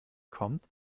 kommt